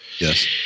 Yes